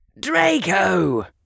Draco